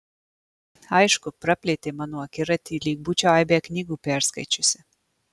aišku praplėtė mano akiratį lyg būčiau aibę knygų perskaičiusi